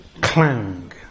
clang